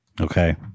Okay